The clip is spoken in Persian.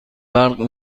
برق